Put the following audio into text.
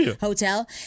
hotel